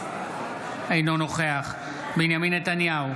אינו נוכח בנימין נתניהו,